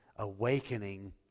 awakening